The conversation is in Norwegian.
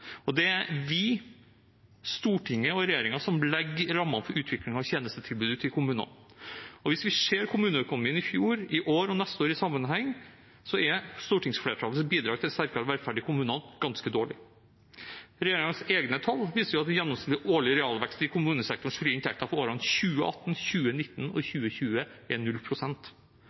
Det er vi, Stortinget og regjeringen, som legger rammene for utviklingen av tjenestetilbudet til kommunene. Hvis vi ser kommuneøkonomien i fjor, i år og neste år i sammenheng, så er stortingsflertallets bidrag til sterkere velferd i kommunene ganske dårlig. Regjeringens egne tall viser at gjennomsnittlig årlig realvekst i kommunesektorens frie inntekter for årene 2018, 2019 og 2020 er